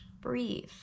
Breathe